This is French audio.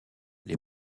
les